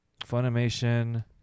Funimation